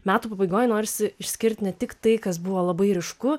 metų pabaigoj norisi išskirti ne tik tai kas buvo labai ryšku